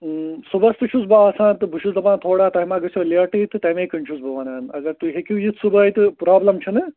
صُبحَس تہِ چھُس بہٕ آسان تہٕ بہٕ چھُس دَپان تھوڑا تۄہہِ ما گژھیو لیٹٕے تہٕ تَمے کِنۍ چھُس بہٕ وَنان اَگر تُہۍ ہیٚکِو یِتھ صُبحٲے تہٕ پرٛابلِم چھِنہٕ